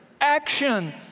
action